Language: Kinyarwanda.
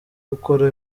gukora